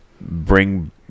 bring